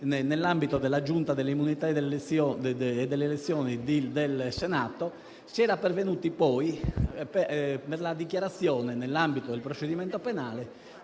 nell'ambito della Giunta delle immunità e delle elezioni del Senato, si era pervenuti alla dichiarazione, nell'ambito del procedimento penale,